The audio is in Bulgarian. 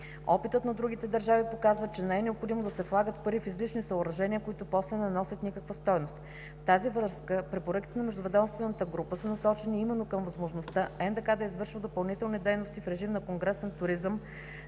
Опитът на другите държави показва, че не е необходимо да се влагат пари в излишни съоръжения, които после не носят никаква стойност. В тази връзка препоръките на Междуведомствената работна група са насочени именно към възможността НДК да извършва допълнителни дейности в режим на конгресен туризъм